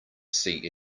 see